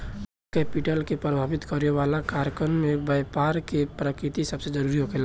fixed capital के प्रभावित करे वाला कारकन में बैपार के प्रकृति सबसे जरूरी होखेला